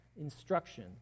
instruction